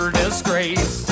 disgrace